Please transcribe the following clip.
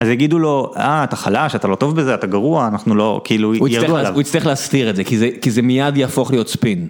אז יגידו לו, אה, אתה חלש, אתה לא טוב בזה, אתה גרוע, אנחנו לא, כאילו, ירדו עליו. הוא יצטרך להסתיר את זה, כי זה מיד יהפוך להיות ספין.